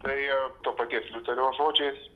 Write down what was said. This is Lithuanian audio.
tai to paties liuterio žodžiais